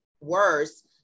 worse